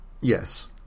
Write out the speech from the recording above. Yes